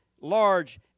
large